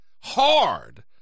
hard